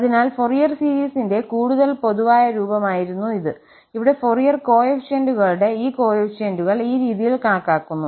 അതിനാൽ ഫൊറിയർ സീരീസിന്റെ കൂടുതൽ പൊതുവായ രൂപമായിരുന്നു ഇത് ഇവിടെ ഫൊറിയർ കോഎഫിഷ്യന്റുകളുടെ ഈ കോഎഫിഷ്യന്റുകൾ ഈ രീതിയിൽ കണക്കാക്കുന്നു